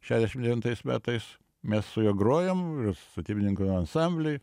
šešiasdešim devintais metais mes su juo grojom statybininkų ansambly